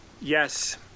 Yes